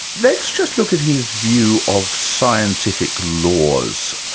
let's just look at his view of scientific laws.